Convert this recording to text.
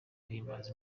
guhimbaza